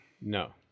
No